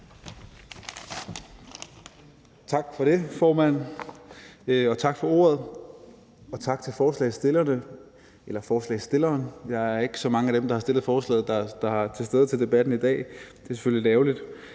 Tak for det, formand, og tak for ordet, og tak til forslagsstilleren; der er ikke så mange af dem, der har fremsat forslaget, der er til stede ved debatten i dag. Det er selvfølgelig lidt ærgerligt.